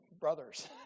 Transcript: Brothers